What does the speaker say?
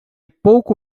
pouco